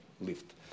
lift